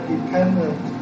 dependent